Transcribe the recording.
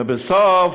לבסוף,